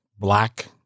Black